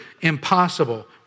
impossible